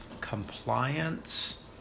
compliance